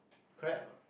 correct or not